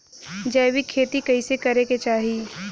जैविक खेती कइसे करे के चाही?